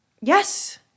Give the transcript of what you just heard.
Yes